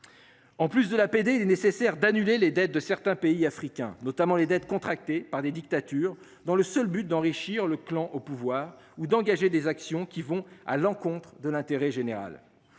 En plus de l'APD, il est nécessaire d'annuler les dettes de certains pays africains, notamment les dettes contractées par des dictatures dans le seul but d'enrichir le clan au pouvoir ou d'engager des actions qui vont à l'encontre de l'intérêt général.